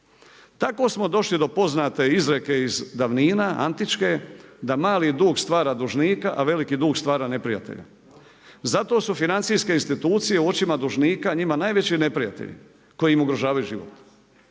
Tako smo došli do poznate izreke iz davnina antičke, da mali dug stvara dužnika, a veliki dug stvara neprijatelja. Zato su financijske institucije u očima dužnika njima najveći neprijatelji koji im ugrožavaju život.